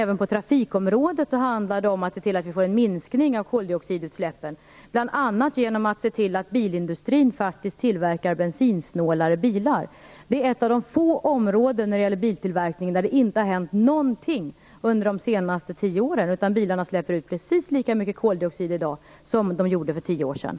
Även på trafikområdet handlar det om att se till att vi får en minskning av koldioxidutsläppen, bl.a. genom att se till att bilindustrin faktiskt tillverkar bensinsnålare bilar. Det är ett av de få områden när det gäller biltillverkningen där det inte har hänt någonting under de senaste tio åren. Bilarna släpper ut precis lika mycket koldioxid i dag som de gjorde för tio år sedan.